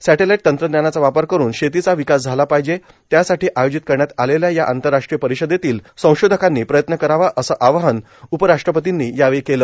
satellite तंत्रज्ञानाचा वापर करून शेतीचा विकास झाला पाहिजे त्यासाठी आयोजित करण्यात आलेल्या या आंतरराष्ट्रीय परिषदेतील संशोधकांनी प्रयत्न करावा असे आवाहन उपराष्ट्रपतींनी यावेळी केले